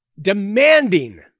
demanding